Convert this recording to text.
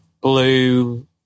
blue